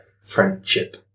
friendship